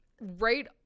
right